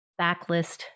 backlist